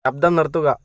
ശബ്ദം നിർത്തുക